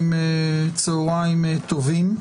מכובדי, שלום לכולם, צוהריים טובים.